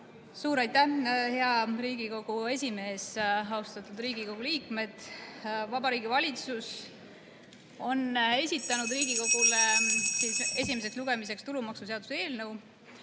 Suur aitäh, hea Riigikogu esimees! Austatud Riigikogu liikmed! Vabariigi Valitsus on esitanud Riigikogule esimeseks lugemiseks tulumaksuseaduse eelnõu,